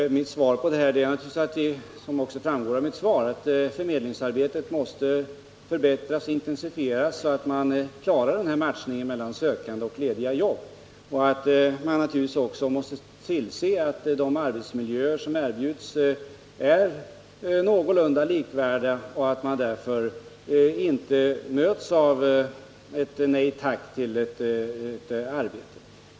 Min slutsats är — vilket också framgår av mitt svar — att förmedlingsarbetet måste förbättras och intensifieras så att man klarar den här matchningen mellan sökande och lediga jobb. Naturligtvis måste man också tillse att arbetsmiljöerna är någorlunda likvärdiga, så att man inte möts av ett ”nej tack” till ett erbjudet arbete.